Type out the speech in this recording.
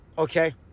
Okay